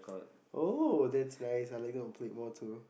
oh that's nice I liked the opaque wall too